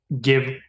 give